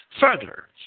Further